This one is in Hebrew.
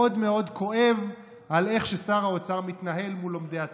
מאוד מאוד כואב על איך ששר האוצר מתנהל מול לומדי התורה.